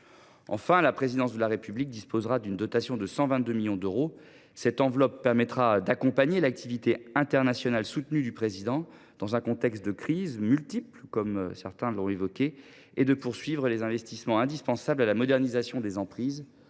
Enfin, la Présidence de la République disposera d’une dotation de 122 millions d’euros. Cette enveloppe permettra d’accompagner l’activité internationale soutenue du Président, dans un contexte de crises multiples, et de poursuivre les investissements indispensables à la modernisation des emprises,